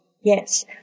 Yes